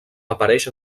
apareix